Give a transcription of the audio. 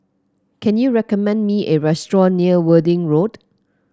can you recommend me a restaurant near Worthing Road